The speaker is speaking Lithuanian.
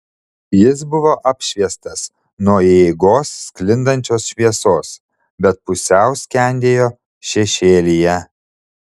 jis buvo apšviestas nuo įeigos sklindančios šviesos bet pusiau skendėjo šešėlyje